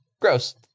gross